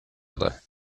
other